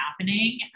happening